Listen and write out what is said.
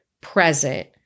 present